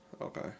Okay